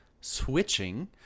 switching